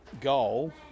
goal